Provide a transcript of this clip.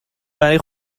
برای